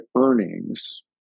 earnings